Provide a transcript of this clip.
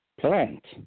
plant